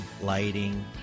lighting